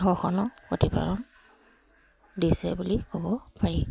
সিহঁতক প্ৰতিপালন দিছে বুলি ক'ব পাৰি